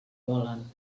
volen